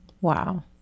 Wow